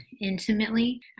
intimately